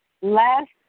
Last